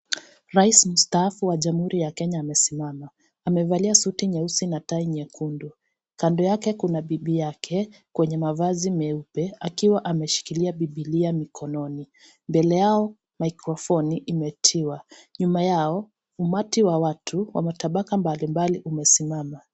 Rais mstaafu wa jamhuri ya Kenya amesimama, amevalia suti nyeusi na tai nyekundu, kando yake kuna bibi yake kwenye mavazi meupe akiwa ameshikilia Biblia mikononi, mbele yao maikrofoni imetiwa, nyuma yao umati wa watu wa matabaka mbalimbali umesimama.